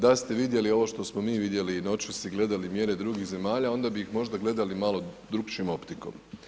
Da ste vidjeli ovo što smo mi vidjeli i noćas gledali mjere drugih zemalja, onda bi ih možda gledali malo drukčijom optikom.